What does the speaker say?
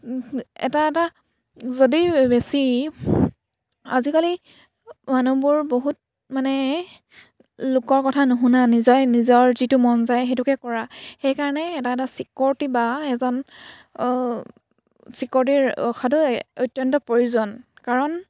এটা এটা যদি বেছি আজিকালি মানুহবোৰ বহুত মানে লোকৰ কথা নুশুনা নিজাই নিজৰ যিটো মন যায় সেইটোকে কৰা সেইকাৰণে এটা এটা ছিকৰটি বা এজন ছিকৰটিৰ ৰখাটো অত্যন্ত প্ৰয়োজন কাৰণ